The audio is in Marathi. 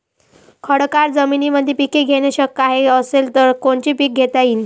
खडकाळ जमीनीमंदी पिके घेणे शक्य हाये का? असेल तर कोनचे पीक घेता येईन?